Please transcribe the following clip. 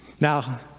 Now